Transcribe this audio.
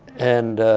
and